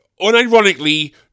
Unironically